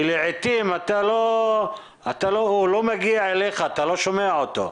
שלעיתים הוא לא מגיע אליך, אתה לא שומע אותו.